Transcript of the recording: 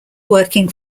working